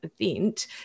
event